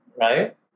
right